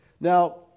Now